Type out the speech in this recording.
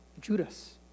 Judas